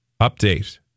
Update